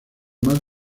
más